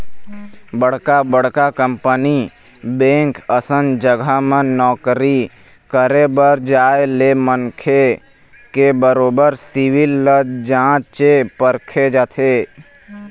बड़का बड़का company bank असन जघा म नौकरी करे बर जाय ले मनखे के बरोबर सिविल ल जाँचे परखे जाथे